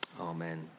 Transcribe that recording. amen